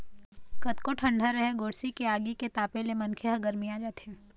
कतको ठंडा राहय गोरसी के आगी के तापे ले मनखे ह गरमिया जाथे